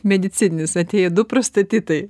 medicininis atėj du pastatytai